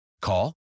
Call